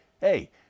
Hey